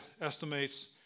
estimates